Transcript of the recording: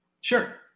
Sure